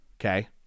Okay